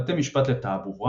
בתי משפט לתעבורה